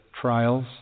trials